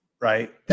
right